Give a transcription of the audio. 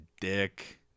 dick